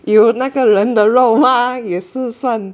有那个人的肉麻也是算